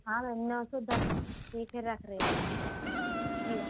हाँ तो नौ से दस ठीक है रख रहे ठीक है